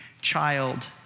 child